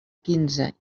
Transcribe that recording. quinze